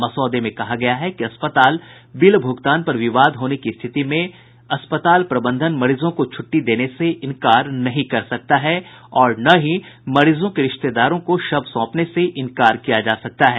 मसौदे में कहा गया है कि अस्पताल बिल भूगतान पर विवाद होने की स्थिति में अस्पताल प्रबंधन मरीजों को छुट्टी देने से इंकार नहीं कर सकता है और न ही मरीजों के रिश्तेदारों को शव सौंपने से इंकार किया जा सकता है